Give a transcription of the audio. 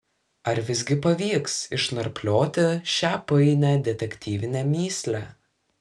ar visgi pavyks išnarplioti šią painią detektyvinę mįslę